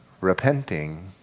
repenting